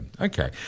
okay